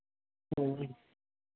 ᱦᱮᱸ